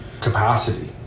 capacity